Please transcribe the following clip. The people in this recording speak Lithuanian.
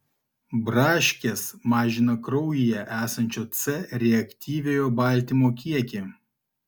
braškės mažina kraujyje esančio c reaktyviojo baltymo kiekį